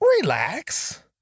relax